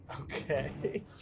Okay